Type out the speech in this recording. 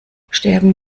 sterben